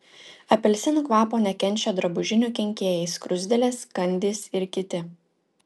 apelsinų kvapo nekenčia drabužinių kenkėjai skruzdėlės kandys ir kiti